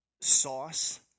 sauce